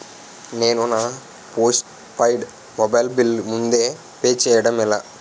నేను నా postpaid mobile bill ముందే పే చేయడం ఎలా?